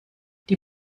die